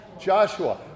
Joshua